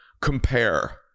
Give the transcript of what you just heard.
Compare